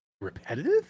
Repetitive